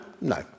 No